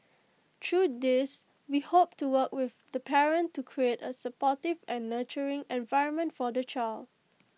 through these we hope to work with the parent to create A supportive and nurturing environment for the child